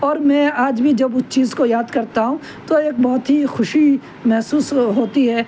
اور میں آج بھی جب اس چیز کو یاد کرتا ہوں تو ایک بہت ہی خوشی محسوس ہوتی ہے